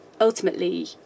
ultimately